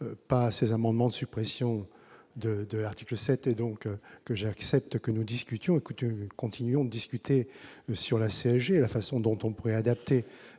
pas ces amendements de suppression de de l'article 7 et donc que j'accepte que nous discutions écoutez continuons sur la CSG et la façon dont on pourrait adapter